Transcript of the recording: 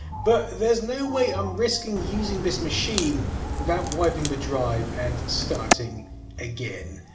but there is no way i'm risking using this machine without wiping the drive and starting again.